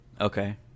Okay